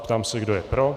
Ptám se, kdo je pro.